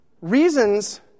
reasons